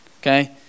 okay